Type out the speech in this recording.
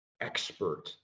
expert